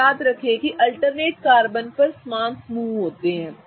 अब याद रखें कि अल्टरनेट कार्बन पर समान समूह होते हैं